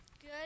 Good